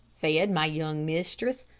said my young mistress.